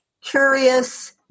curious